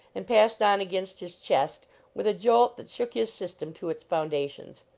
and passed on against his chest with a jolt that shook his system to its foundations.